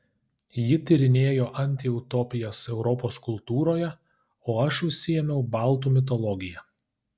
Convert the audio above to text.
ji tyrinėjo antiutopijas europos kultūroje o aš užsiėmiau baltų mitologija